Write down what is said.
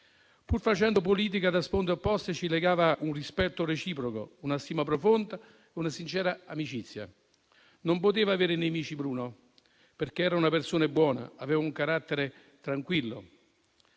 Pur facendo politica da sponde opposte, ci legavano un rispetto reciproco, una stima profonda e una sincera amicizia. Non poteva avere nemici Bruno, perché era una persona buona e aveva un carattere tranquillo.